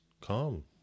calm